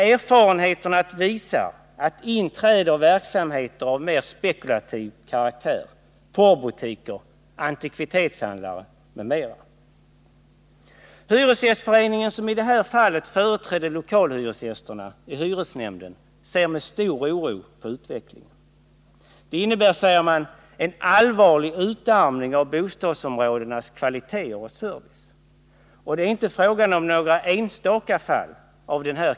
Erfarenheterna visar att in träder verksamheter av mer spekulativ karaktär: porrbutiker, antikvitetshandlare, m.m. Hyresgästföreningen, som i det här fallet företrädde lokalhyresgästerna i hyresnämnden, ser med oro på utvecklingen. Den innebär, säger man, en allvarlig utarmning av bostadsområdenas kvalitet och service. Och det är inte fråga om några enstaka fall.